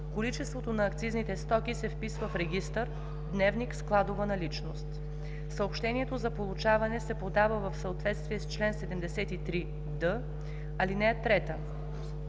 количеството на акцизните стоки се вписва в регистър „Дневник складова наличност“. Съобщението за получаване се подава в съответствие с чл. 73д. (3) При